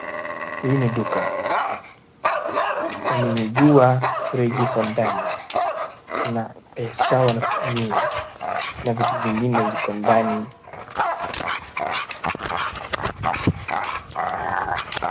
Hii ni duka nimejua mfereji iko ndani na sawa natumia na vitu zingine ziko ndani.